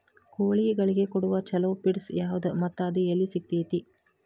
ಕೋಳಿಗಳಿಗೆ ಕೊಡುವ ಛಲೋ ಪಿಡ್ಸ್ ಯಾವದ ಮತ್ತ ಅದ ಎಲ್ಲಿ ಸಿಗತೇತಿ?